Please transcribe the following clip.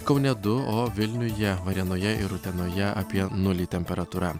kaune du o vilniuje varėnoje ir utenoje apie nulį temperatūra